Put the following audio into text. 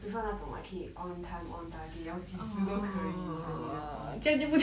I prefer 那种 like 可以 own time own target 要及时都可以 submit 那种